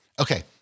Okay